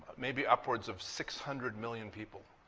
maybe upwards of six hundred million people,